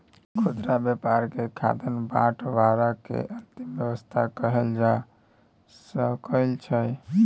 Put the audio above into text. खुदरा व्यापार के खाद्यान्न बंटवारा के अंतिम अवस्था कहल जा सकइ छइ